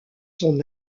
son